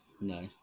no